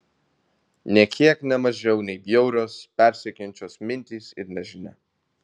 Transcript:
nė kiek ne mažiau nei bjaurios persekiojančios mintys ir nežinia